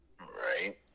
Right